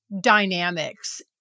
dynamics